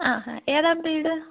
ആ ആ ഏതാണ് ബ്രീഡ്